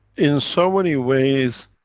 in so many ways,